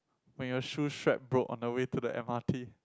when your shoe strap broke on the way to the m_r_t